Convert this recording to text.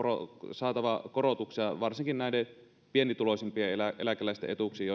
saatava korotuksia varsinkin näiden pienituloisimpien eläkeläisten etuuksiin